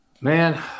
Man